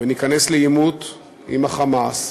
וניכנס לעימות עם ה"חמאס",